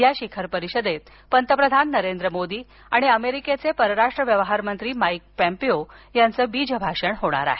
या शिखर परिषदेत पंतप्रधान नरेंद्र मोदी आणि अमेरिकेचे परराष्ट्र व्यवहार मंत्री माईक पाँपीओ यांचं बीजभाषण होणार आहे